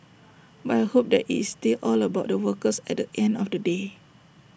but I hope that it's still all about the workers at the end of the day